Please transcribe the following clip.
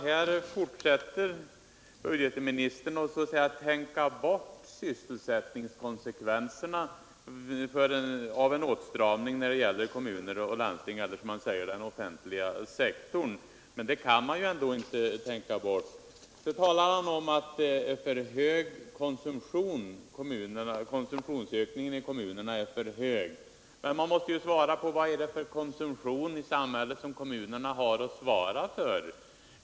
Här fortsätter ju budgetministern att tänka bort sysselsättningskonsekvenserna av en åtstramning när det gäller kommuner och landsting —eller den offentliga sektorn, som budgetministern säger. Budgetministern säger att konsumtionsökningen i kommunerna är för hög. Men han måste svara på frågan vad det är för konsumtion som kommunerna har att svara för.